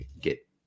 get